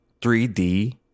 3d